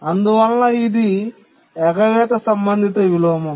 అందువలన ఇది ఎగవేత సంబంధిత విలోమం